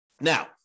Now